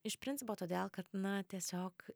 iš principo todėl kad na tiesiog